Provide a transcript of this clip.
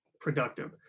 productive